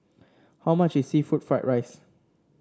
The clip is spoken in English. how much is seafood Fried Rice